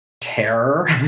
terror